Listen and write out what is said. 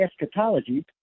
eschatology